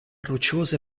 rocciosa